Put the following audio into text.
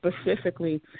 Specifically